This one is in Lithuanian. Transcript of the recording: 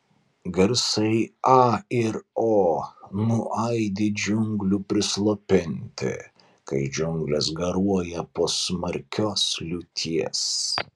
garsai a ir o nuaidi džiunglių prislopinti kai džiunglės garuoja po smarkios liūties